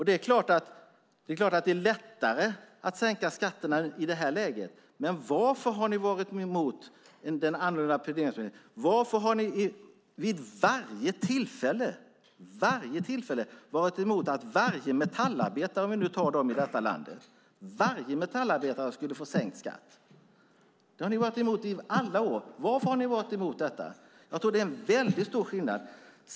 Det är klart att det är lättare att sänka skatterna i det här läget, men varför har ni varit emot den annorlunda fördelningspolitiken, Jacob Johnson? Varför har ni vid varje tillfälle - vid varje tillfälle - varit emot att metallarbetarna i detta land, om vi nu tar dem som exempel, skulle få sänkt skatt? Det har ni varit emot i alla år. Varför har ni varit emot det? Det är stor skillnad.